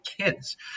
kids